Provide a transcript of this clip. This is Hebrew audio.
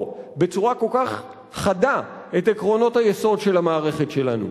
בצורה כל כך חדה את עקרונות היסוד של המערכת שלנו.